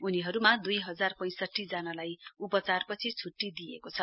उनीबपूमा दुइ हजार पैंसठी जनालाई उपचारपछि छुट्टी दिइएको छ